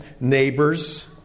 neighbors